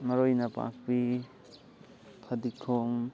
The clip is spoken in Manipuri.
ꯃꯔꯣꯏ ꯅꯄꯥꯛꯄꯤ ꯐꯗꯤꯒꯣꯝ